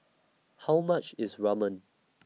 How much IS Ramen